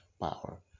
power